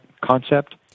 concept